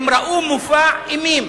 הם ראו מופע אימים,